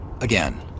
Again